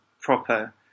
proper